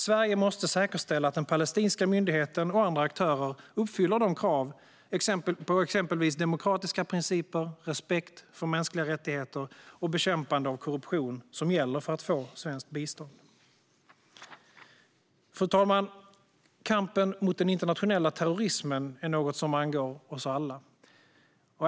Sverige måste säkerställa att den palestinska myndigheten och andra aktörer uppfyller krav på exempelvis demokratiska principer, respekt för mänskliga rättigheter och bekämpande av korruption som gäller för att få svenskt bistånd. Fru talman! Kampen mot den internationella terrorismen är något som angår oss alla.